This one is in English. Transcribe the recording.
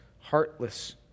heartless